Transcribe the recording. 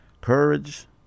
Courage